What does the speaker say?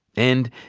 and,